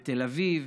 תל אביב,